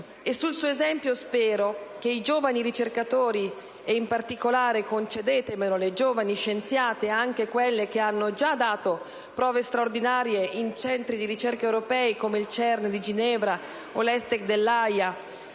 E sul suo esempio spero che i giovani ricercatori, e in particolare - concedetemelo - le giovani scienziate, anche quelle che hanno già dato prove straordinarie in centri di ricerca europei, come il CERN di Ginevra o l'ESTEC dell'Aja,